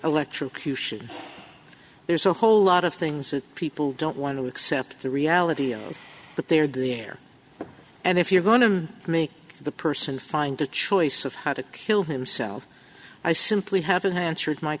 electrocution there's a whole lot of things that people don't want to accept the reality of what they're there and if you're going to make the person find the choice of how to kill himself i simply haven't answered my